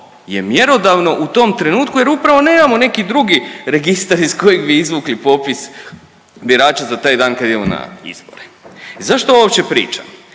je mjerodavno u tom trenutku jer upravo nemamo neki drugi registar iz kojeg bi izvukli popis birača za taj dan kada idemo na izbore. I zašto uopće ovo pričam?